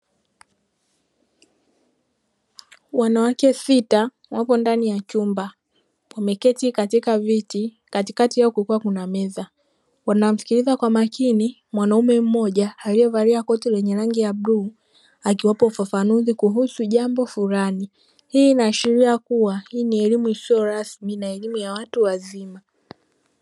Wanawake sita wapo ndani ya chumba wameketi katika viti katikti yao kukiwa kuna meza, wanamsikiliza kwa makini mwanaume mmoja aliyevalia koti lenye rangi ya bluu, akiwapa ufafanuzi kuhusu jambo fulani. hii inaashiria kuwa hii ni elimu isiyo rasmi na elimu ya watu waima.